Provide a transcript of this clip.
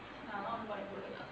நான்லாம் போகல:naanlaam pogala